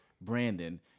Brandon